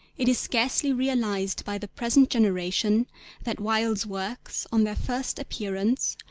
it is scarcely realised by the present generation that wilde's works on their first appearance,